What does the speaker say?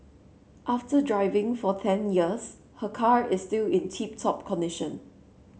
after driving for ten years her car is still in tip top condition